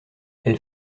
elle